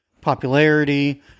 popularity